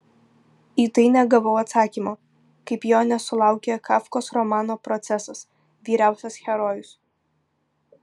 į tai negavau atsakymo kaip jo nesulaukė kafkos romano procesas vyriausias herojus